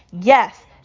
Yes